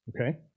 okay